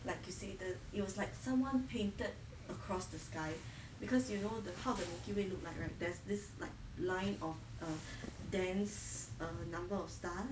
like to say that it was like someone painted across the sky because you know the how the milky way look like right there's this like line of a dense a number of stars